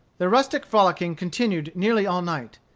the rustic frolicking continued nearly all night.